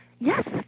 yes